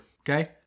okay